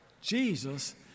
Jesus